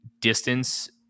distance